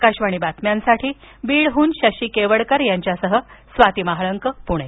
आकाशवाणी बातम्यांसाठी बीडहून शशी केवडकर यांच्यासह स्वाती महाळंक पुणे